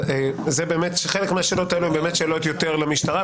חלק מהשאלות האלו הן באמת שאלות יותר למשטרה,